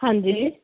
ਹਾਂਜੀ